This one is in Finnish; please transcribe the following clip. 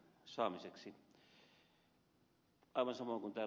aivan samoin kuin täällä ed